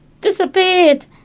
disappeared